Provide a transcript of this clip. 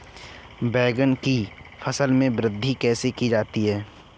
बैंगन की फसल में वृद्धि कैसे की जाती है?